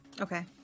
Okay